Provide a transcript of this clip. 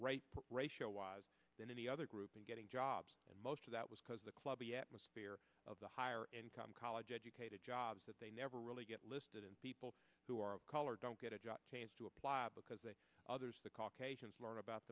right ratio was than any other group in getting jobs and most of that was because the clubby atmosphere of the higher income college educated jobs that they never really get listed and people who are of color don't get a job chance to apply because they others the caucasians learn about